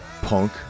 punk